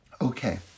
Okay